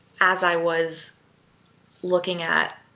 as i was looking at